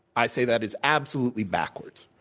i say that is absolutely backwards.